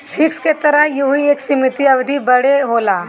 fix के तरह यहू एक सीमित अवधी बदे होला